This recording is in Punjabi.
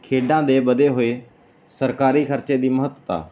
ਖੇਡਾਂ ਦੇ ਵਧੇ ਹੋਏ ਸਰਕਾਰੀ ਖਰਚੇ ਦੀ ਮਹੱਤਤਾ